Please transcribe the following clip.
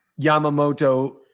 Yamamoto